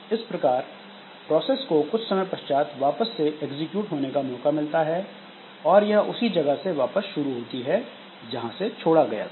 इस प्रकार प्रोसेस को कुछ समय पश्चात वापस से एग्जीक्यूट होने का मौका मिलता है और यह उसी जगह से वापस शुरू होती है जहां से छोड़ा गया था